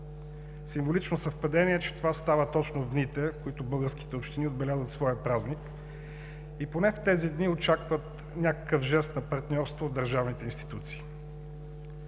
Символично съвпадение е, че това става точно в дните, в които българските общини отбелязват своя празник, и поне в тези дни очакват някакъв жест на партньорство от държавните институции.